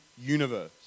universe